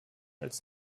als